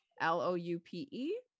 l-o-u-p-e